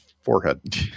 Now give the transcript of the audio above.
forehead